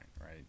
right